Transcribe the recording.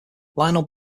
lionel